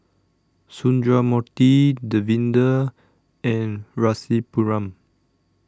Sundramoorthy Davinder and Rasipuram